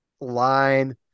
line